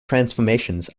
transformations